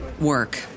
work